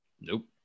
Nope